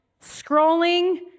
scrolling